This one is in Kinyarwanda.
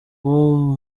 uwo